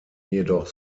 jedoch